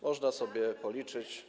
Można sobie policzyć.